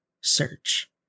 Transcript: search